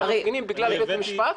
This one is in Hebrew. הפסיקו --- את המפגינים בגלל בית המשפט?